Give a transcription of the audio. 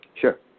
Sure